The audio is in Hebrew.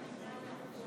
גם נגמרה ההצבעה וזה